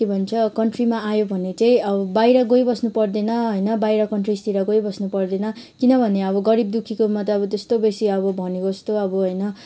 के भन्छ कन्ट्रीमा आयो भने चाहिँ अब बाहिर गइबस्नु पर्दैन होइन बाहिर कन्ट्रिजतिर गइबस्नु पर्दैन किनभने अब गरिबदुःखीकोमा त अब त्यस्तो बेसी अब भनेको जस्तो अब होइन